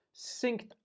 synced